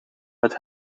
het